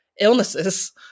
illnesses